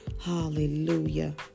Hallelujah